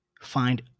find